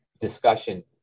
discussion